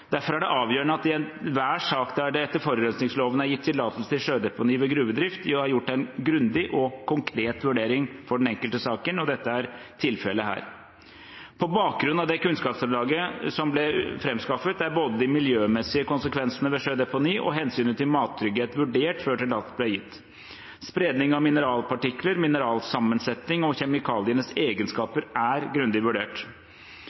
Derfor er det avgjørende at det i enhver sak der det etter forurensingsloven er gitt tillatelse til sjødeponi ved gruvedrift, er gjort en grundig og konkret vurdering for den enkelte saken, og dette er tilfellet her. På bakgrunn av det kunnskapsgrunnlaget som ble framskaffet, er både de miljømessige konsekvensene ved sjødeponi og hensynet til mattrygghet vurdert før tillatelse ble gitt. Spredning av mineralpartikler, mineralsammensetning og kjemikalienes egenskaper er grundig vurdert.